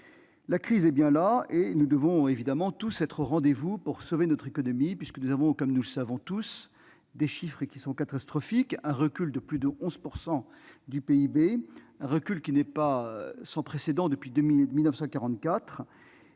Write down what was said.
La crise est bien là, et nous devons évidemment tous être au rendez-vous pour sauver notre économie. Comme nous le savons, les chiffres sont catastrophiques : un recul de plus de 11 % du PIB, qui n'a pas de précédent depuis 1944.